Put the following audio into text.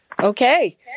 Okay